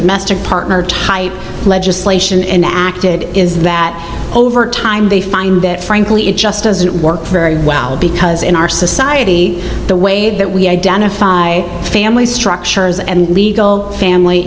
master partner type legislation enacted is that over time they find that frankly it just doesn't work very well because in our society the way that we identify family structures and legal family